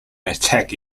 attack